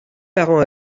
parents